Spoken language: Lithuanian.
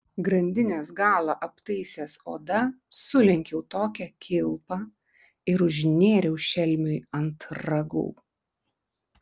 grandinės galą aptaisęs oda sulenkiau tokią kilpą ir užnėriau šelmiui ant ragų